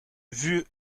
vue